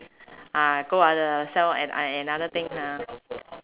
uh go other sell a~ I another thing ha